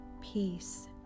Peace